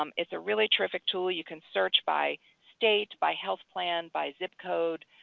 um it's a really terrific tool, you can search by state, by health plan, by zip code,